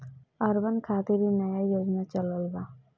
urban खातिर इ नया योजना चलल बा